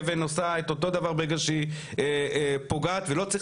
אבן עושה את אותו דבר ברגע שהיא פוגעת ולא צריך